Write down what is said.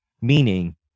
meaning